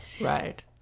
Right